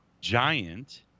Giant